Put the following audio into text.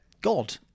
god